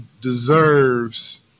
Deserves